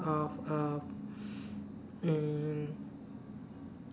of um mm